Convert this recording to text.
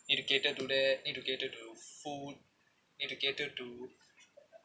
need to cater to that need to cater to food need to cater to